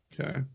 Okay